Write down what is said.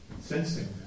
sensing